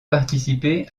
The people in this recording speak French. participé